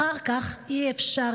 אחר כך לא יהיה אפשר.